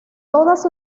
todas